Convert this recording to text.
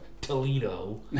Toledo